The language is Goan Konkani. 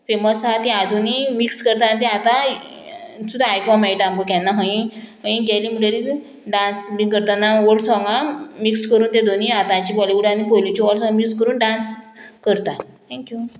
फेमस आहा ती आजुनूय मिक्स करता आनी ती आतां सुद्दां आयकूंक मेळटा आमकां केन्ना हय हय गेली म्हणटरी डांस बी करतना ओल्ड सोंगां मिक्स करून ते दोनी आतांची बॉलिवूड आनी पयलीची ओल्ड सोंग मिक्स करून डांस करता थँक्यू